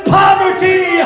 poverty